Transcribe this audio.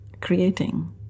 creating